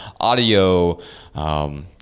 audio